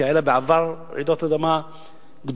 כי היו לה בעבר רעידות אדמה גדולות,